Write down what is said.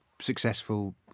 successful